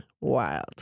wild